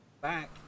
back